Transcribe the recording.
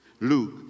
Luke